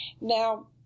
Now